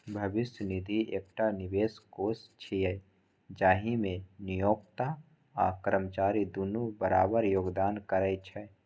भविष्य निधि एकटा निवेश कोष छियै, जाहि मे नियोक्ता आ कर्मचारी दुनू बराबर योगदान करै छै